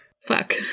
fuck